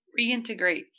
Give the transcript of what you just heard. Reintegrate